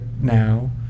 now